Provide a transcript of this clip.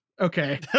okay